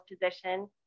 position